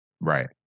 Right